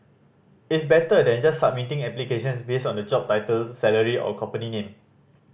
it's better than just submitting applications based on the job title salary or company name